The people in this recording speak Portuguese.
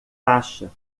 taxa